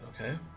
okay